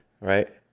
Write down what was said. right